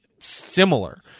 similar